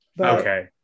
Okay